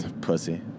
Pussy